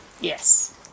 Yes